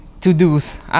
to-dos